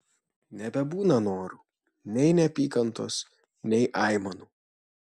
nebebūna norų nei neapykantos nei aimanų